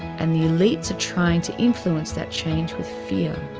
and the elites are trying to influence that change with fear.